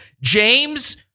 James